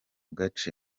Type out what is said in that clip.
gace